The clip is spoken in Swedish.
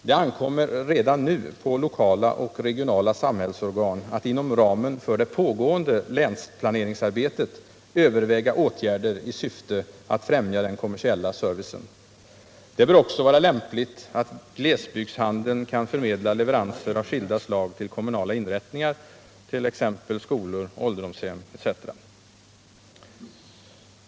Det ankommer redan nu på lokala och regionala samhällsorgan att inom ramen för det pågående länsplaneringsarbetet överväga åtgärder i syfte att främja den kommersiella servicen. Det bör också vara lämpligt att glesbygdshandeln har möjlighet att förmedla leveranser av skilda slag till kommunala inrättningar såsom skolor, ålderdomshem etc.